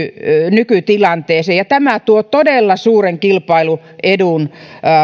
nykytilanteeseen ja tämä tuo todella suuren kilpailuedun